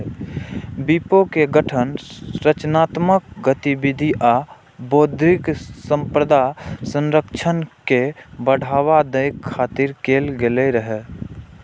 विपो के गठन रचनात्मक गतिविधि आ बौद्धिक संपदा संरक्षण के बढ़ावा दै खातिर कैल गेल रहै